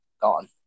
gone